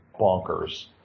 bonkers